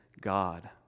God